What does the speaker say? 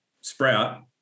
sprout